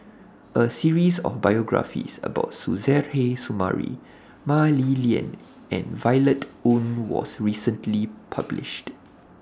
A series of biographies about Suzairhe Sumari Mah Li Lian and Violet Oon was recently published